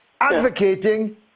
advocating